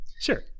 Sure